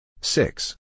Six